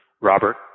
Robert